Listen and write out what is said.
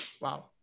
Wow